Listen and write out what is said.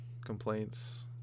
complaints